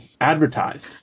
advertised